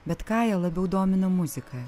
bet kaiją labiau domina muzika